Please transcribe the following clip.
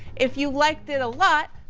if you liked it a lot,